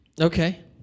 Okay